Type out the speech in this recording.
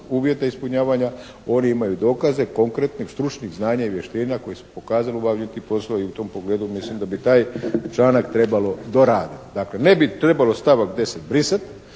uvjeta ispunjavanja oni imaju dokaze, konkretne, stručnih znanja i vještina koje su pokazali u obavljanju tih poslova. I u tom pogledu mislim da bi taj članak trebalo doraditi. Dakle, ne bi trebalo stavak 10. brisati